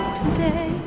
today